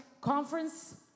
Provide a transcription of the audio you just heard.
conference